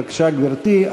בבקשה, גברתי.